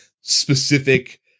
specific